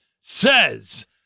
says